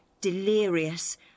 delirious